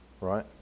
right